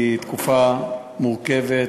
תקופה מורכבת.